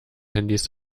handys